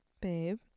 Babe